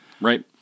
right